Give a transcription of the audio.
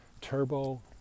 Turbo